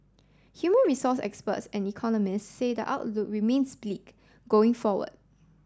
human resource experts and economists say the outlook remains bleak going forward